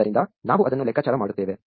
ಆದ್ದರಿಂದ ನಾವು ಅದನ್ನು ಲೆಕ್ಕಾಚಾರ ಮಾಡುತ್ತೇವೆ